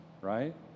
right